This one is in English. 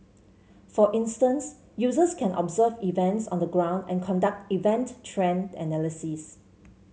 for instance users can observe events on the ground and conduct event trend analysis